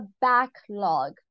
backlog